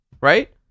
right